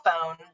phone